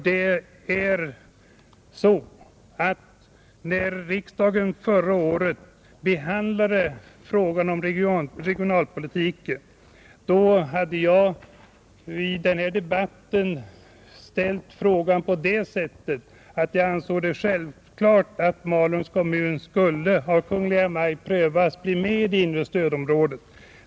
När riksdagen förra året behandlade frågan om regionalpolitiken, framförde jag i debatten den åsikten att jag ansåg det självklart att Malungs kommun av Kungl. Maj:t skulle prövas bli med i det inre stödområdet.